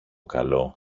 καλό